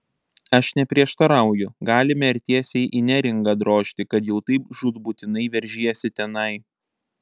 aš neprieštarauju galime ir tiesiai į neringą drožti kad jau taip žūtbūtinai veržiesi tenai